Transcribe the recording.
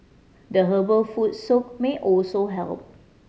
the herbal foot soak may also help